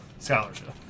Scholarship